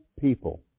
people